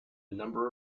number